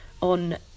on